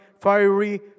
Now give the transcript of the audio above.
fiery